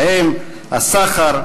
ובהם הסחר,